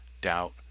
doubt